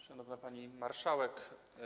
Szanowna Pani Marszałek!